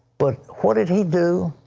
but what did he do?